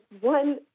one